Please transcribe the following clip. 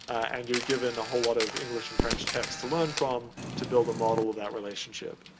and you're given a whole lot of english and french text to learn from to build a model of that relationship.